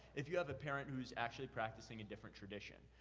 if you have a parent who's actually practicing a different tradition.